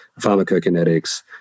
pharmacokinetics